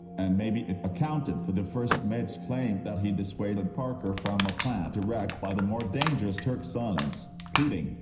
and maybe it accounted for the first mate's claim that he'd dissuaded parker from a plan to wreck by the more dangerous turks islands, pleading,